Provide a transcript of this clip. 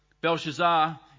Belshazzar